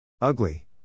Ugly